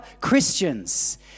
Christians